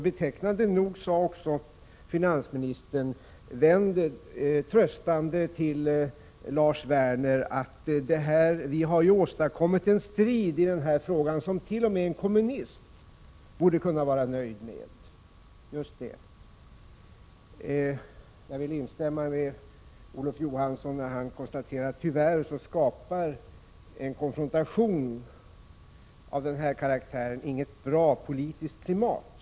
Betecknande nog sade också finansministern, vänd tröstande till Lars Werner, att vi har åstadkommit en strid i den här frågan som t.o.m. en kommunist borde vara nöjd med. Just det. Jag vill instämma i Olof Johanssons konstaterande att tyvärr skapar en konfrontation av den här karaktären inget bra politiskt klimat.